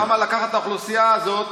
למה לקחת את האוכלוסייה הזאת,